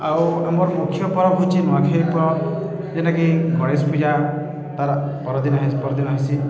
ଆଉ ଆମର ମୁଖ୍ୟ ପରବ୍ ହେଉଛି ନୂଆଖାଇ ପରବ୍ ଯେନ୍ଟାକି ଗଣେଶ ପୂଜା ତାର ପରଦିନ ପରଦିନ ହେସି